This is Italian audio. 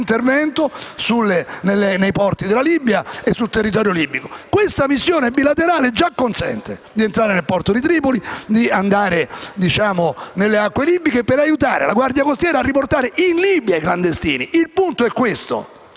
l'intervento nei porti della Libia e sul territorio libico. Questa missione bilaterale già consente di entrare nel porto di Tripoli e di spingersi nelle acque libiche per aiutare la Guardia costiera a riportare in Libia i clandestini. Il punto è capire